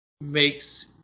makes